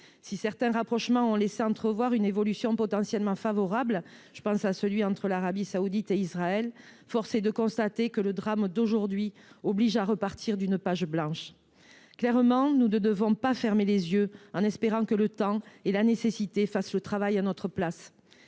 Si certains rapprochements ont laissé entrevoir une évolution potentiellement favorable – je pense aux pourparlers entre l’Arabie saoudite et Israël –, force est de constater que le drame d’aujourd’hui oblige à repartir d’une page blanche. Nous ne saurions en aucun cas fermer les yeux en espérant que le temps et la nécessité fassent le travail à notre place.